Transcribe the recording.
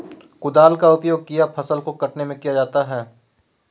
कुदाल का उपयोग किया फसल को कटने में किया जाता हैं?